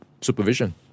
supervision